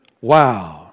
Wow